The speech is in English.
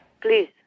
please